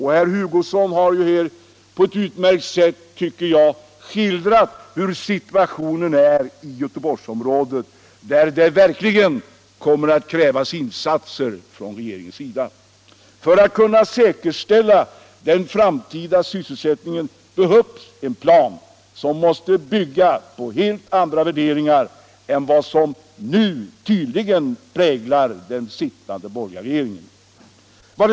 Herr Hugosson har ju här på ett, enligt min mening, utmärkt sätt skildrat situationen i Göteborgsområdet, där det verkligen kommer att krävas insatser från regeringens sida. För att den framtida sysselsättningen skall kunna säkerställas behövs en plan som måste bygga på helt andra värderingar än de som nu tydligen präglar den sittande borgerliga regeringen.